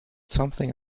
something